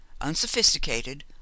unsophisticated